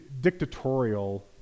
dictatorial